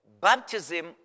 baptism